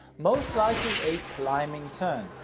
most likely a climbing turn,